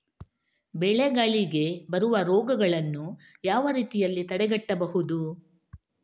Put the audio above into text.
ಬೆಳೆಗಳಿಗೆ ಬರುವ ರೋಗಗಳನ್ನು ಯಾವ ರೀತಿಯಲ್ಲಿ ತಡೆಗಟ್ಟಬಹುದು?